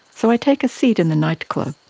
so i take a seat in the nightclub,